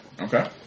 Okay